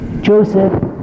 Joseph